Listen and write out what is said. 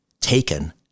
taken